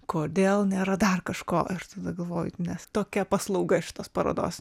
kodėl nėra dar kažko aš tada galvoju nes tokia paslauga šitos parodos